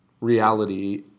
reality